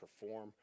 perform